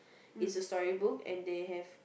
it's a story book and they have